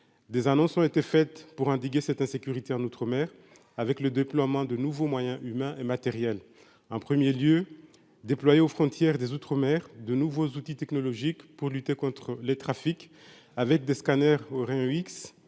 des annonces ont été faites pour endiguer cette insécurité en outre-mer, avec le déploiement de nouveaux moyens humains et matériels en 1er lieu déployés aux frontières des Outre-mer de nouveaux outils technologiques pour lutter contre les trafics avec des scanners aurait eu